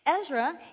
Ezra